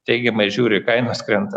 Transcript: teigiamai žiūri ir kainos krenta